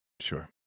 Sure